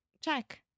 check